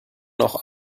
auch